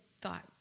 thought